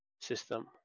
system